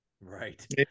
right